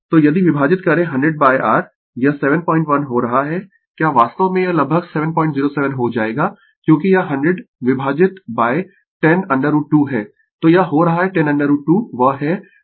तो यदि विभाजित करें 100 r यह 71 हो रहा है क्या वास्तव में यह लगभग 707 हो जाएगा क्योंकि यह 100 विभाजित 10 √ 2 है